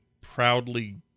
proudly